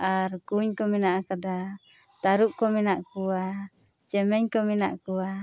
ᱟᱨ ᱠᱩᱧ ᱠᱚ ᱢᱮᱱᱟᱜ ᱟᱠᱟᱫᱟ ᱛᱟᱨᱩᱵᱽ ᱠᱚ ᱢᱮᱱᱟᱜ ᱠᱚᱣᱟ ᱪᱮᱢᱮᱧ ᱠᱚ ᱢᱮᱱᱟᱜ ᱠᱚᱣᱟ